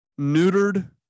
Neutered